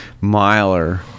Miler